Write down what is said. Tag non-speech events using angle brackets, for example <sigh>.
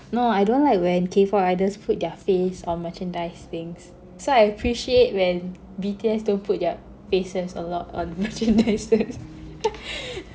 no I don't like when K pop idols put their face on merchandise things so I appreciate when B_T_S don't put their faces a lot on merchandise first <laughs>